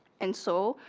and so